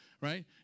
Right